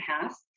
half